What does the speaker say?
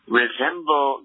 resemble